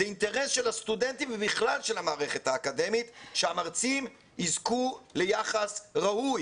זה אינטרס של הסטודנטים ובכלל של המערכת האקדמית שהמרצים יזכו ליחס ראוי